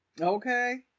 Okay